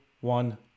one